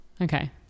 Okay